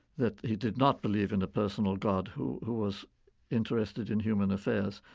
that he did not believe in a personal god who who was interested in human affairs.